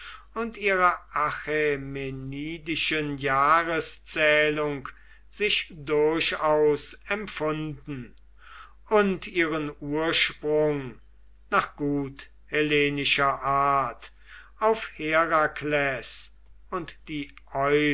und ihrer achämenidischen jahreszählung sich durchaus empfunden und ihren ursprung nach gut hellenischer art auf herakles und die